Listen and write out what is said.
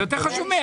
זה באמת יותר חשוב.